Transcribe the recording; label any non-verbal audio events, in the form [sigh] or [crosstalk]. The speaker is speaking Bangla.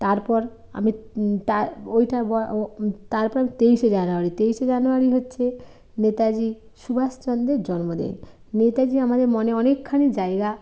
তারপর আমি তা ওইটা [unintelligible] তারপর তেইশে জানুয়ারি তেইশে জানুয়ারি হচ্ছে নেতাজি সুভাষচন্দ্রের জন্মদিন নেতাজি আমাদের মনে অনেকখানি জায়গা